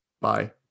Bye